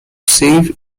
save